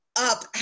up